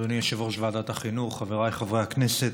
אדוני יושב-ראש ועדת החינוך, חבריי חברי הכנסת,